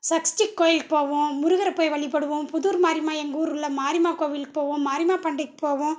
சக்ஷ்டிக்கு கோயிலுக்குப் போவோம் முருகரை போய் வழிபடுவோம் புதூர் மாரியம்மா எங்கள் ஊரில் மாரியம்மா கோயிலுக்குப் போவோம் மாரியம்மா பண்டிகைக்குப் போவோம்